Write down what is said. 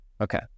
Okay